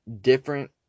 different